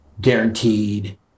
guaranteed